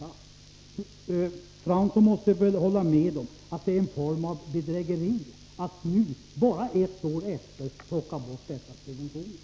Jan Fransson måste väl hålla med om att det är en form av bedrägeri att nu, bara ett år senare, plocka bort dessa subventioner.